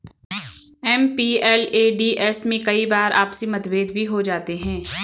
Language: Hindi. एम.पी.एल.ए.डी.एस में कई बार आपसी मतभेद भी हो जाते हैं